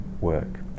work